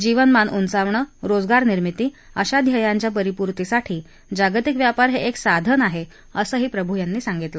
जीवनमान उंचावणं रोजगारनिर्मिती अशा ध्येयांच्या परिपूर्तींसाठी जागतिक व्यापार हे एक साधन आहे असंही प्रभू म्हणाले